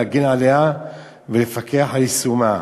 להגן עליה ולפקח על יישומה.